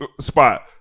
spot